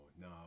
no